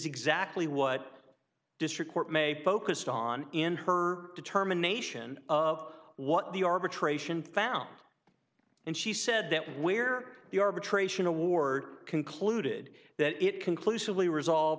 exactly what district court may pokus on in her determination of what the arbitration found and she said that where the arbitration award concluded that it conclusively resolve